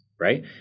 right